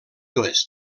oest